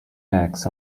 eggs